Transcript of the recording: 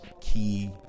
key